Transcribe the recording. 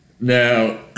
Now